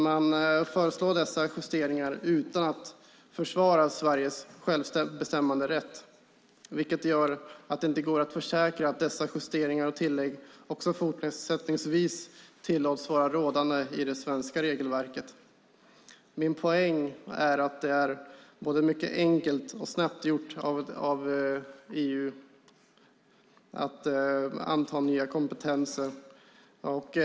Man föreslår dessa justeringar utan att försvara Sveriges självbestämmanderätt, vilket gör att det inte går att försäkra att dessa justeringar och tillägg också fortsättningsvis tillåts vara rådande i det svenska regelverket. Min poäng är att det är både mycket enkelt och snabbt gjort av EU att anta nya kompetenser.